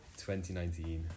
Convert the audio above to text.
2019